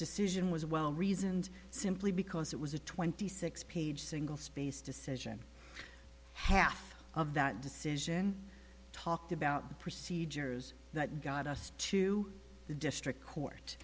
decision was well reasoned simply because it was a twenty six page single spaced decision half of that decision talked about the procedures that got us to the district court